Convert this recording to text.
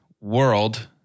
world